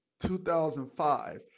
2005